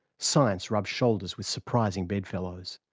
science rubs shoulders with surprising bedfellows.